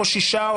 שישה,